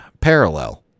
parallel